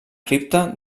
cripta